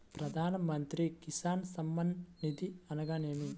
ప్రధాన మంత్రి కిసాన్ సన్మాన్ నిధి అనగా ఏమి?